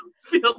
feel